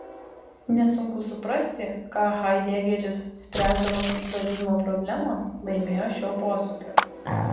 nesunku suprasti ką haidegeris spręsdamas istorizmo problemą laimėjo šiuo posūkiu